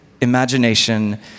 imagination